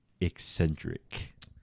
eccentric